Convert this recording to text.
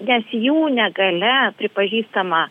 nes jų negalia pripažįstama